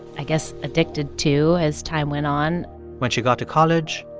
i guess addicted to as time went on when she got to college.